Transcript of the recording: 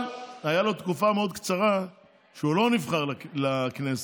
אבל הייתה לו תקופה מאוד קצרה שהוא לא נבחר לכנסת.